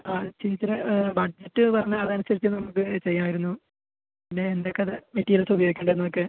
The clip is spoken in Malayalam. ആ ചേച്ചീടെ ബഡ്ജറ്റ് പറഞ്ഞാൽ അതനുസരിച്ച് നമുക്ക് ചെയ്യാമായിരുന്നു പിന്നെ എന്തൊക്കെ മെറ്റീരിയൽസാണ് ഉപയോഗിക്കണ്ടത് നമുക്ക്